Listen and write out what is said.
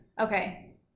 Okay